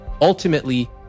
ultimately